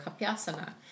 kapyasana